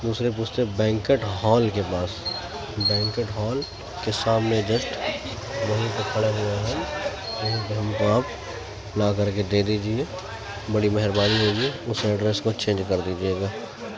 دوسرے پستے پہ بینکٹ ہال کے پاس بینکٹ ہال کے سامنے جسٹ وہیں پہ کھڑے ہوئے ہیں ہم وہیں پہ ہم کو آپ لا کر کے دے دجیے بڑی مہربانی ہوگی اس ایڈریس کو چینج کر دیجیے گا